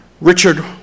Richard